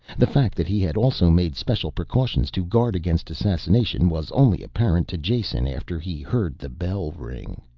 the fact that he had also made special precautions to guard against assassination was only apparent to jason after he heard the bell ring.